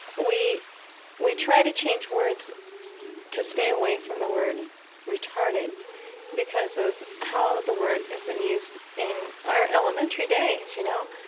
we we try to change words to stay away from the word retarded because of how the word has been used in our elementary days, you know?